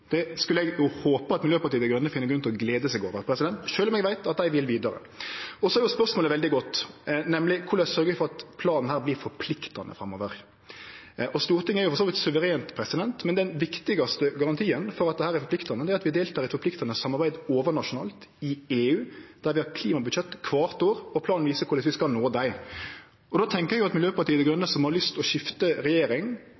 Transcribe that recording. Det vil eg håpe at Miljøpartiet Dei Grøne finn grunn til å glede seg over, sjølv om eg veit at dei vil vidare. Så er spørsmålet veldig godt, nemleg korleis ein kan sørgje for at denne planen vert forpliktande framover. Stortinget er for så vidt suverent, men den viktigaste garantien for at dette er forpliktande, er at vi deltek i eit forpliktande samarbeid overnasjonalt i EU, der vi har klimabudsjett kvart år, og planen viser korleis vi skal nå måla. Då tenkjer eg at Miljøpartiet Dei